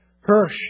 Hirsch